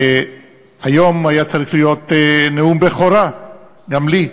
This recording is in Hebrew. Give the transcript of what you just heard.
היום היה צריך להיות נאום בכורה גם לי,